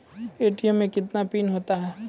ATM मे कितने PIN होता हैं?